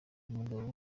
mugabo